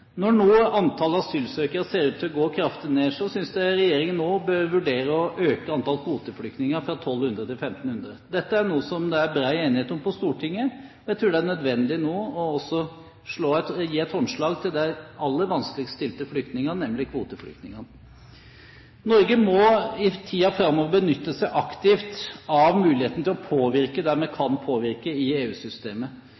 Når nå antallet asylsøkere ser ut til å gå kraftig ned, synes jeg regjeringen bør vurdere å øke antall kvoteflyktninger fra 1200 til 1500. Dette er noe det er bred enighet om på Stortinget. Jeg tror det er nødvendig nå å gi et håndslag til de aller vanskeligst stilte flyktningene, nemlig kvoteflyktningene. Norge må i tiden framover benytte seg aktivt av muligheten til å påvirke der man kan påvirke i EU-systemet. Vi